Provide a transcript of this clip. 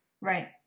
right